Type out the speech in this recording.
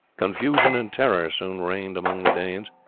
confusion and terror soon reigned among the danes,